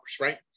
right